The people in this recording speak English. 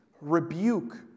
Rebuke